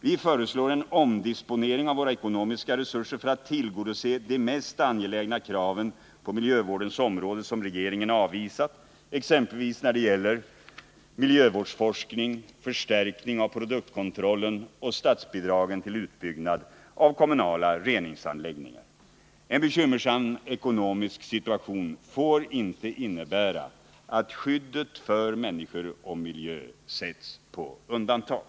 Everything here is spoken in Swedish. Vi föreslår en omdisponering av ekonomiska resurser för att tillgodose de mest angelägna krav på miljövårdens område som regeringen har avvisat, exempelvis när det gäller miljövårdsforskning, förstärkning av produktkontrollen och statsbidrag till utbyggnad av kommunala reningsanläggningar. En bekymmersam ekonomisk situation får inte innebära att skyddet för människor och miljö sätts på undantag.